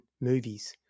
movies